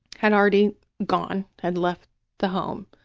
had already gone, had left the home,